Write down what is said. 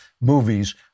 movies